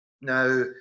Now